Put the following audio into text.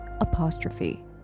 Apostrophe